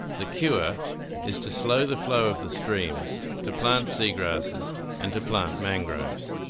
the cure is to slow the flow of the streams, to plant seagrasses and to plant mangroves.